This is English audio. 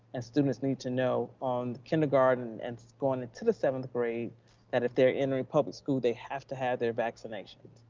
as students need to know on kindergarten and going into the seventh grade that if they're entering public school, they have to have their vaccinations.